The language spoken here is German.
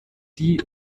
die